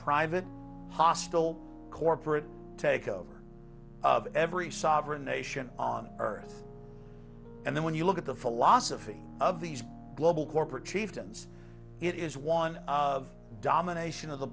private hospital corporate takeover of every sovereign nation on earth and then when you look at the philosophy of these global corporate chieftains it is one of domination